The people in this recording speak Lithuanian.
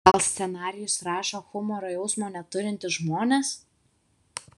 gal scenarijus rašo humoro jausmo neturintys žmonės